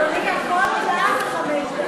אדוני, על כל הודעה זה חמש דקות.